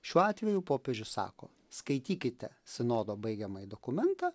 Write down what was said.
šiuo atveju popiežius sako skaitykite sinodo baigiamąjį dokumentą